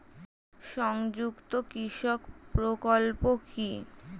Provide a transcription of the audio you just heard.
সংযুক্ত কৃষক প্রকল্প কি?